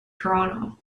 toronto